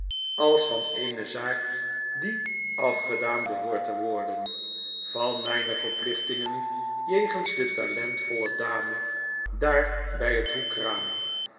als van eene zaak die afgedaan behoort te worden van myneverplichtingen jegens de talentvolle dame daar by het hoekraam